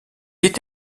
est